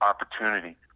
opportunity